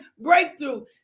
breakthrough